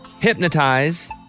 Hypnotize